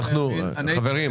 חברים.